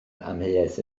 amheuaeth